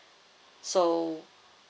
so